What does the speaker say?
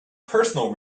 personal